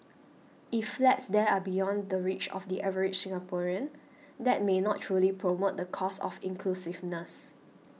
if flats there are beyond the reach of the average Singaporean that may not truly promote the cause of inclusiveness